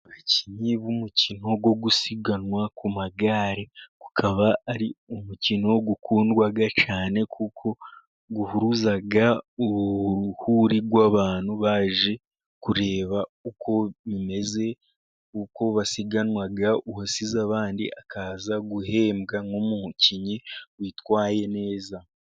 Abakinnyi b'umukino wo gusiganwa ku magare, ukaba ari umukino ukundwa cyane kuko uhuruza uruhuri rw'abantu baje kureba uko bimeze ,uko basiganwa, uwasize abandi akaza guhembwa nk'umukinnyi witwaye neza.